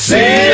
See